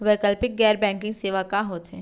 वैकल्पिक गैर बैंकिंग सेवा का होथे?